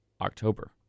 October